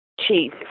chief